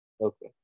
okay